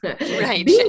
Right